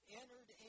entered